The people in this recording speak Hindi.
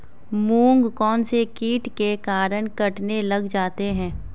मूंग कौनसे कीट के कारण कटने लग जाते हैं?